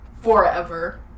Forever